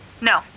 No